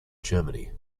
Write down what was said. germany